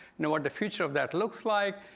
nor what the future of that looks like,